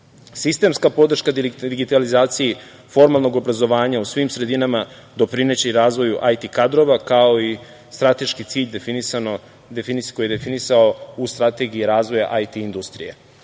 nema. Sistemska podrška digitalizaciji formalnog obrazovanja u svim sredinama doprineće i razvoju IT kadrova, kao i strateški cilj koji je definisan u Strategiji razvoja IT industrije.